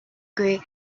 grey